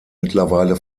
mittlerweile